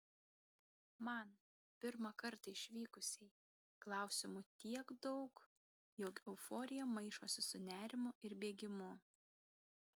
man pirmą kartą išvykusiai klausimų tiek daug jog euforija maišosi su nerimu ir bėgimu